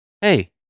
hey